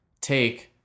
take